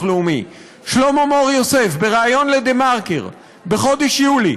לאומי שלמה מור-יוסף בריאיון ל"דה-מרקר" בחודש יולי.